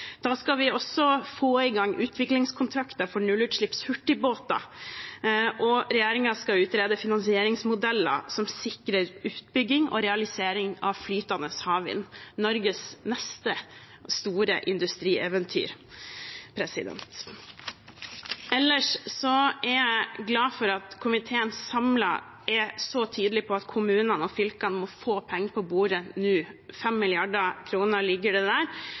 Da skal vi også få i gang utviklingskontrakter for nullutslipps hurtigbåter, og regjeringen skal utrede finansieringsmodeller som sikrer utbygging og realisering av flytende havvind, Norges neste store industrieventyr. Ellers er jeg glad for at komiteen samlet er så tydelig på at kommunene og fylkene må få penger på bordet nå – 5 mrd. kr ligger det der,